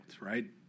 right